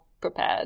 prepared